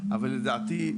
אבל לדעתי,